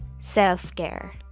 self-care